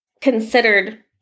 considered